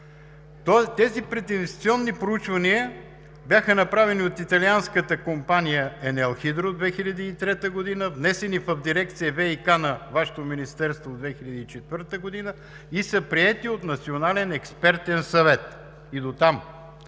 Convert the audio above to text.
Тези прединвестиционни проучвания бяха направени от италианската компания „Енел Хидро“ в 2003 г., внесени в дирекция ВиК на Вашето министерство през 2004 г. и са приети от Национален експертен съвет, и дотам.